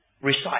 recite